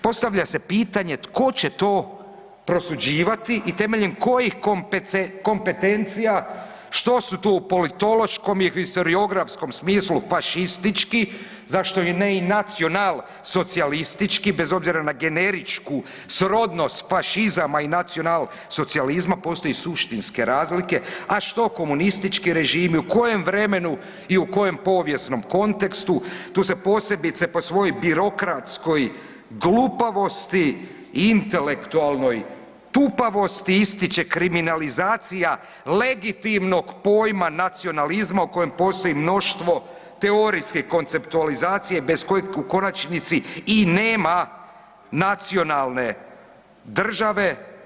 Postavlja se pitanje tko će to prosuđivati i temeljem kojih kompetencija, što su tu u politološkom i historiografskom smislu fašistički zašto ne i nacionalsocijalistički bez obzira na generičku srodnost fašizama i nacionalsocijalizma postoje suštinske razlike, a što komunistički režimi u kojem vremenu i u kojem povijesnom kontekstu tu se posebice po svojoj birokratskoj glupavosti i intelektualnoj tupavosti ističe kriminalizacija legitimnog pojma nacionalizma o kojem postoji mnoštvo teorijske konceptualizacije bez koje u konačnici i nema nacionalne države.